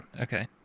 Okay